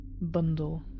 bundle